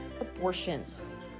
abortions